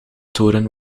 toren